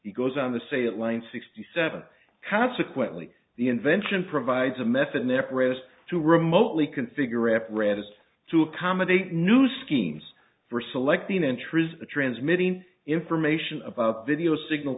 he goes on the say it line sixty seven consequently the invention provides a method in their press to remotely configure apparatus to accommodate new schemes for selecting interest the transmitting information about video signal